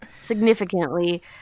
significantly